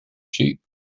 sheep